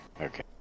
okay